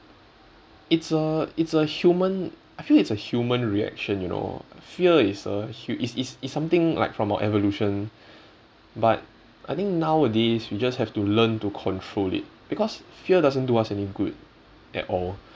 it's a it's a human I think it's a human reaction you know fear is a h~ it's it's it's something like from our evolution but I think nowadays we just have to learn to control it because fear doesn't do us any good at all